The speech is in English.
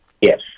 Yes